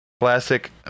Classic